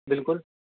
بالکل